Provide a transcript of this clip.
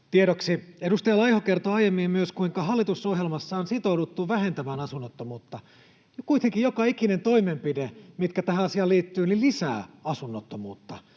tiedoksi. Edustaja Laiho kertoi aiemmin myös, kuinka hallitusohjelmassa on sitouduttu vähentämään asunnottomuutta, ja kuitenkin joka ikinen toimenpide, joka tähän asiaan liittyy, lisää asunnottomuutta.